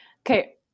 okay